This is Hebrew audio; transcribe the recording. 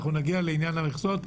אנחנו נגיע לעניין המכסות.